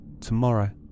tomorrow